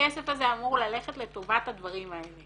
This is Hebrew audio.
והכסף הזה אמור ללכת לטובת הדברים האלה.